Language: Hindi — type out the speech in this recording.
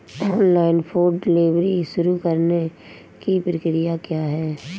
ऑनलाइन फूड डिलीवरी शुरू करने की प्रक्रिया क्या है?